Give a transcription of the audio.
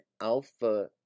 alpha